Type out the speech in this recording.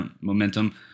momentum